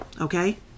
okay